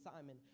Simon